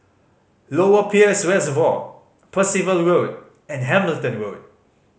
Lower Peirce Reservoir Percival Road and Hamilton Road